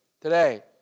today